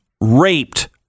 raped